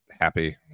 happy